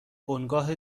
بنگاه